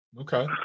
Okay